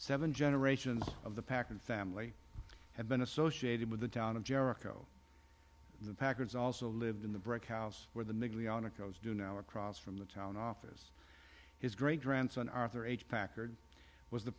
seven generations of the pack and family had been associated with the town of jericho the packers also lived in the brick house where the niggly on a close do now across from the town office his great grandson arthur h packard was the